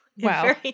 Wow